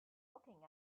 looking